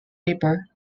newspaper